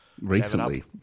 Recently